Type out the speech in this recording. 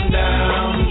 down